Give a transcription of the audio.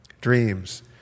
Dreams